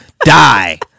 Die